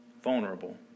vulnerable